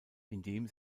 indem